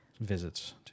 visits